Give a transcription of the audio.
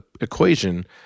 equation